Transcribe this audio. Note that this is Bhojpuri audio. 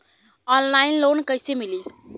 ऑनलाइन लोन कइसे मिली?